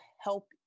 help